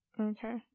Okay